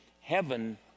heaven